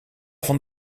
van